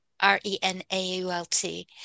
r-e-n-a-u-l-t